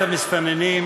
לגיהינום.